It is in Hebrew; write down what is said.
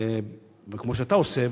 כמו שאתה עושה,